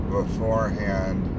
beforehand